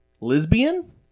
Lesbian